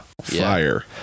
fire